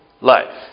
life